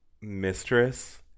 Mistress